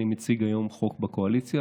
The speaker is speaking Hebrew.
אני מציג היום חוק בקואליציה,